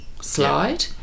slide